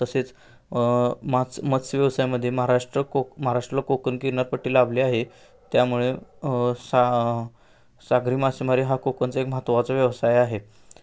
तसेच मात मत्स्यवसायमध्ये महाराष्ट्र कोक महाराष्ट्राला कोकण किनारपट्टी लाभली आहे त्यामुळे सा सागरी मासेमारी हा कोकणचा एक महत्त्वाचा व्यवसाय आहे